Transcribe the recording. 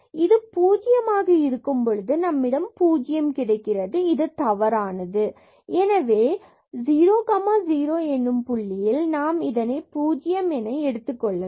இது பூஜ்யமாக இருக்கும் பொழுது நம்மிடம் 0 கிடைக்கிறது இது தவறானதாகும் எனவே இதனை 00 எனும் புள்ளியில் நாம் இதனை பூஜ்ஜியம் என எடுத்துக்கொள்ளலாம்